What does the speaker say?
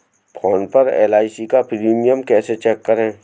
Phone पर LIC का premium कैसे चेक करें?